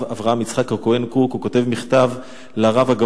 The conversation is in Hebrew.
הרב אברהם יצחק הכהן קוק.